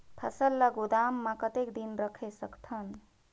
फसल ला गोदाम मां कतेक दिन रखे सकथन?